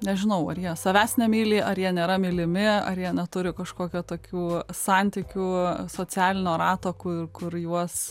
nežinau ar jie savęs nemyli ar jie nėra mylimi ar jie neturi kažkokio tokių santykių socialinio rato ku kur juos